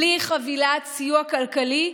בלי חבילת סיוע כלכלי,